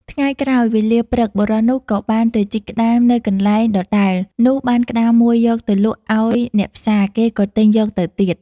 ថ្ងៃក្រោយវេលាព្រឹក បុរសនោះក៏បានទៅជីកក្ដាមនៅកន្លែងដដែលនោះបានក្ដាមមួយយកទៅលក់ឲ្យអ្នកផ្សារ គេក៏ទិញយកទៅទៀត ។